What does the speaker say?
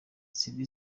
cindy